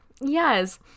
Yes